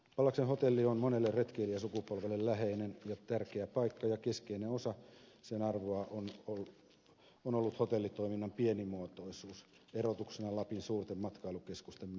pallaksen hotelli on monelle retkeilijäsukupolvelle läheinen ja tärkeä paikka ja keskeinen osa sen arvoa on ollut hotellitoiminnan pienimuotoisuus erotuksena lapin suurten matkailukeskusten meiningistä